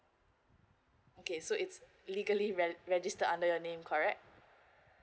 okay so its legally reg~ register under your name correct